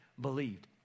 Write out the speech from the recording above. believed